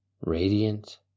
radiant